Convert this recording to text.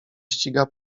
ściga